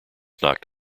knocked